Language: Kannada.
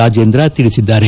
ರಾಜೇಂದ್ರ ತಿಳಿಸಿದ್ದಾರೆ